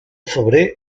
febrer